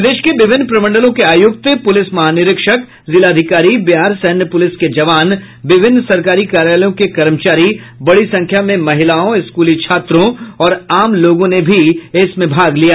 प्रदेश के विभिन्न प्रमंडलों के आयुक्त पुलिस महानिरीक्षक जिलाधिकारी बिहार सैन्य पुलिस के जवान विभिन्न सरकारी कार्यालयों के कर्मचारी बडी संख्या में महिलाओं स्कूली छात्रों और आम लोगों ने भी इसमें भाग लिया